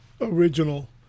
original